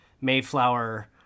Mayflower